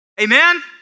Amen